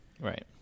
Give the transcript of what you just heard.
Right